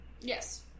Yes